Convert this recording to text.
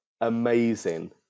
Amazing